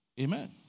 Amen